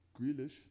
Grealish